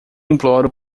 imploro